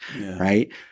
right